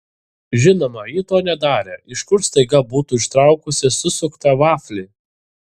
žinoma ji to nedarė iš kur staiga būtų ištraukusi susuktą vaflį